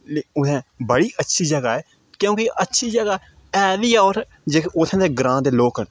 उ'त्थें भाई अच्छी जगह् ऐ क्योंकि अच्छी जगह् ऐ बी ऐ होर जेह्के उ'त्थें दे ग्रांऽ दे लोक न